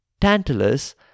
Tantalus